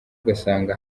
ugasanga